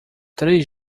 três